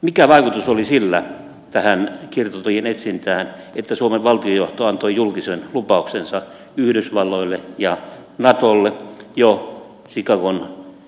mikä vaikutus tähän kiertotien etsintään oli sillä että suomen valtiojohto antoi julkisen lupauksensa yhdysvalloille ja natolle jo